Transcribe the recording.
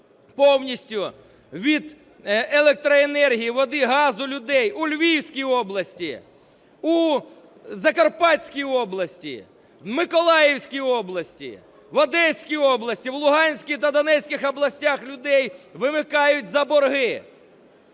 повністю від електроенергії, води, газу людей у Львівській області, у Закарпатській області, в Миколаївській області. В Одеській області, в Луганській та Донецькій областях людей вимикають за борги.